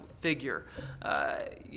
figure